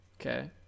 Okay